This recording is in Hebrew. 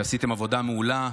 שעשיתם עבודה מעולה,